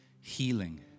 healing